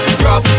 drop